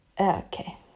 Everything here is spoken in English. Okay